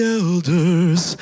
elders